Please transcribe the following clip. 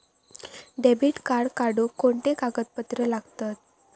Debit card काढुक कोणते कागदपत्र लागतत?